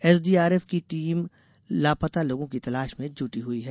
SDRF की team लापता लोगों की तलाश में जुटी हुई है